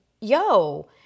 yo